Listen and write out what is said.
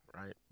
right